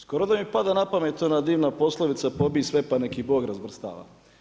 Skoro da mi pada na pamet, ona divna poslovica pobij sve pa nek ih Bog razvrstava.